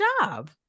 job